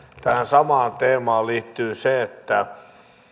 tähän samaan teemaan liittyy se että